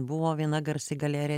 buvo viena garsi galerija